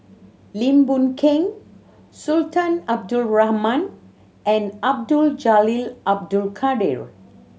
Lim Boon Keng Sultan Abdul Rahman and Abdul Jalil Abdul Kadir